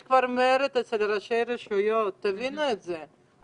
יש כבר מרד אצל ראשי רשויות, תבינו את זה.